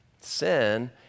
Sin